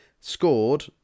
Scored